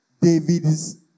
David's